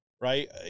right